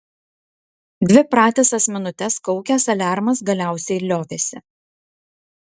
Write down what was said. dvi pratisas minutes kaukęs aliarmas galiausiai liovėsi